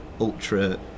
ultra